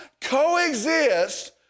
coexist